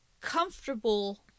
comfortable